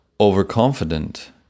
overconfident